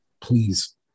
Please